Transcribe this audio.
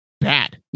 bad